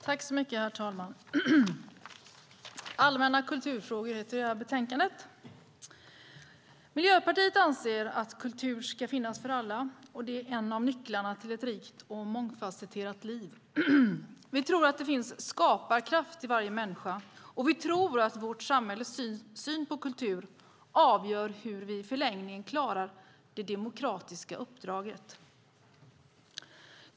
Herr talman! Allmänna kulturfrågor är rubriken på det betänkande vi nu debatterar. Miljöpartiet anser att kultur ska finnas för alla. Det är en av nycklarna till ett rikt och mångfasetterat liv. Vi tror att det finns skaparkraft i varje människa, och vi tror att vårt samhälles syn på kultur avgör hur vi i en förlängning klarar det demokratiska uppdraget.